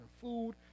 food